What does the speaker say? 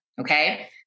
okay